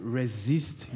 resist